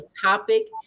topic